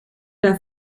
der